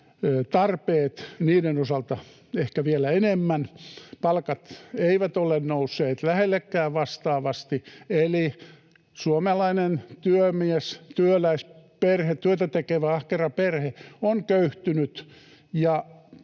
tarpeiden osalta ehkä vielä enemmän. Palkat eivät ole nousseet lähellekään vastaavasti, eli suomalainen työmies, työläisperhe, työtä tekevä ahkera perhe on köyhtynyt